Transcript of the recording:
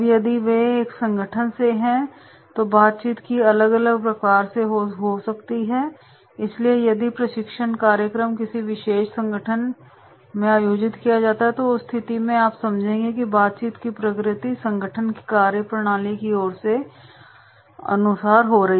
अब यदि वे एक ही संगठन से हैं तो बातचीत की अलग प्रकार से होगी इसलिए यदि प्रशिक्षण कार्यक्रम किसी विशेष संगठन में आयोजित किया जाता है तो उस स्थिति में आप समझेंगे कि बातचीत की प्रकृति संगठन की कार्यप्रणाली की के अनुसार होगी